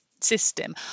system